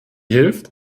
hilft